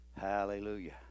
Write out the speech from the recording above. Hallelujah